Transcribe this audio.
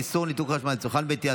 איסור ניתוק חשמל לצרכן ביתי),